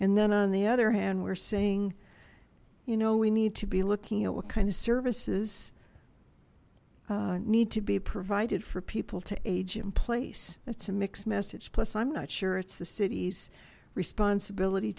and then on the other hand we're saying you know we need to be looking at what kind of services need to be provided for people to age in place that's a mixed message plus i'm not sure it's the city's responsibility